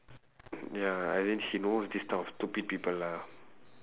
ya and then she knows this type of stupid people lah